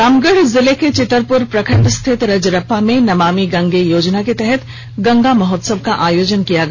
रामगढ़ जिले के चितरपुर प्रखंड स्थित रजरप्पा में नमामि गंगे योजना के तहत गंगा महोत्सव का आयोजन किया गया